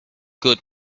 good